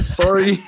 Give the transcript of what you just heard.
sorry